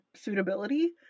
suitability